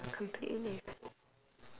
ya completely